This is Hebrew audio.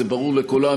זה ברור לכולנו,